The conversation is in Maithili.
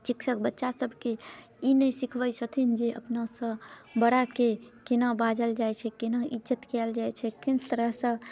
शिक्षक बच्चा सबके ई नहि सीखबै छथिन जे अपनासँ बड़ाके केना बाजल जाइ छै केना इज्जत कयल जाइ छै कोन तरहसँ